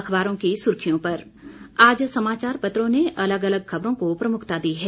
अखबारों की सुर्खियों पर आज समाचार पत्रों ने अलग अलग खबरों को प्रमुखता दी है